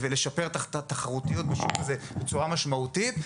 כדי לשפר את התחרותיות בשוק הזה בצורה משמעותית.